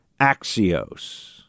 Axios